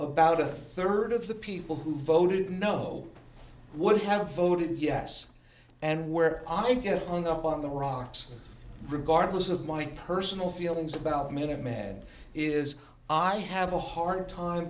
about a third of the people who voted no would have voted yes and where i get hung up on the rocks regardless of my personal feelings about minutemen is i have a hard time